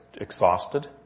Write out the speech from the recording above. exhausted